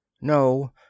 No